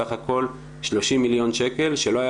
בסך הכל 30 מיליון שקל שלא היה